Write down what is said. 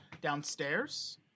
downstairs